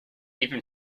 even